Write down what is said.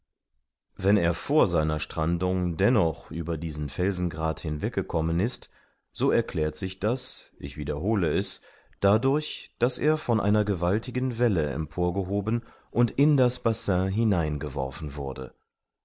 wenn er vor seiner strandung dennoch über diesen felsengrath hinweg gekommen ist so erklärt sich das ich wiederhole es dadurch daß er von einer gewaltigen welle emporgehoben und in das bassin hinein geworfen wurde